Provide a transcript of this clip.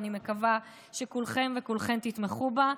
ואני מקווה שכולכם וכולכן תתמכו בה,